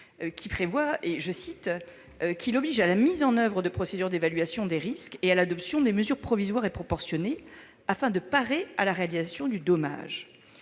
mais d'action, qui oblige « à la mise en oeuvre de procédures d'évaluation des risques et à l'adoption de mesures provisoires et proportionnées afin de parer à la réalisation du dommage ».